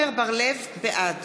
בעד